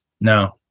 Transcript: no